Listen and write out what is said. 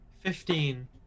Fifteen